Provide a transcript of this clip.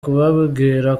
kubabwira